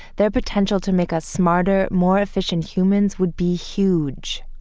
their potential to make us smarter, more efficient humans, would be huge